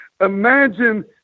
imagine